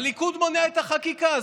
הליכוד מונע את החקיקה.